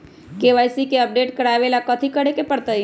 KYC के update करवावेला कथि करें के परतई?